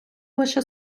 лише